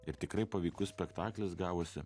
ir tikrai paveikus spektaklis gavosi